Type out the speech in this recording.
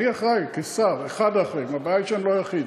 אני אחראי, כשר, אחד האחראים ולא היחיד.